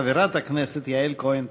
חברת הכנסת יעל כהן-פארן.